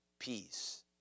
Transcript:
peace